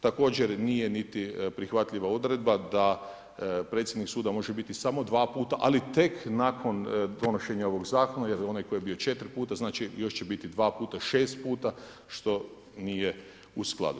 Također nije niti prihvatljiva odredba da predsjednik suda može biti samo dva puta ali tek nakon donošenja ovog zakona jer onaj koji je bio 4x znači još će biti 2x, 6x, što nije u skladu.